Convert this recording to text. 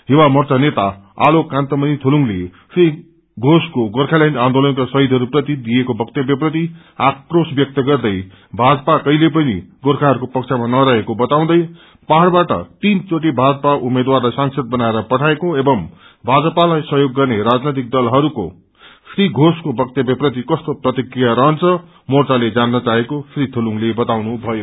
युवा मोर्चा नेता आलोक क्यन्त मणि थुलुङ्ले श्री थेषको गोखालैण्ड आन्दोलनका शहीदहरू प्रति दिएको वक्तव्य प्रति आक्रोश व्यक्त गर्दै थाजपा कहिले पनि गोर्खाहरूको पक्षमा नरहेको बताउँदै पह्यबाट तीन चेटि ीाजपा उम्मेद्वारलाई सांसद बनाएर पठाएको एवं भाजपालाई सहयोग गर्नेराजनैतिक दलहरूको श्री घोषकोवक्तव्य प्रति कस्तो प्रतिक्रिया रहन्छ मोर्चाले जान्न चाहेको श्री थुलुङले बताउनुभयो